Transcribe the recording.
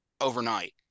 overnight